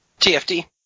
TFT